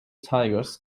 tigers